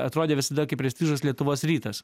atrodė visada kaip prestižas lietuvos rytas